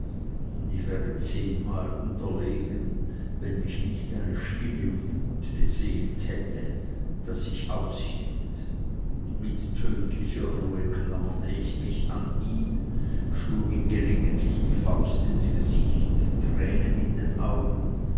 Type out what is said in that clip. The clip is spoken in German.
und ich wäre zehnmal unterlegen wenn mich nicht eine stille wut beseelt hätte daß ich aushielt mit tödlicher ruhe klammerte ich mich an ihn schlug ihm gelegentlich die faust ins gesicht tränen in den augen